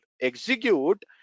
execute